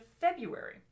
February